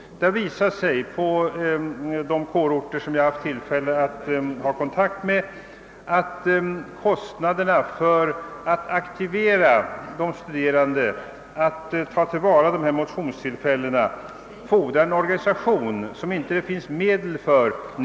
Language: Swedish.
Det har på de kårorter, med vilka jag haft tillfälle att upprätthålla kontakt, visat sig, att det för att aktivera de studerande till att ta till vara dessa motionstillfällen fordras en organisation, som det inte nu finns medel för.